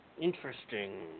Interesting